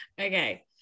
okay